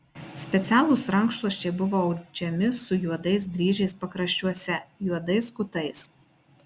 specialūs rankšluosčiai buvo audžiami su juodais dryžiais pakraščiuose juodais kutais